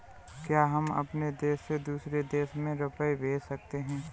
क्या हम अपने देश से दूसरे देश में रुपये भेज सकते हैं?